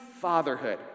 fatherhood